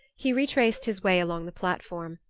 he retraced his way along the platform,